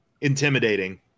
intimidating